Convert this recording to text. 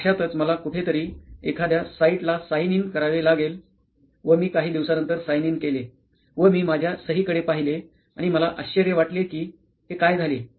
अश्यातच मला कुठेतरी एखाद्या साईट ला साइन इन करावे लागले व मी काही दिवसांनंतर साइन इन केले व मी माझ्या सहिकडे पहिले आणि मला आश्चर्य वाटले कि हे काय झाले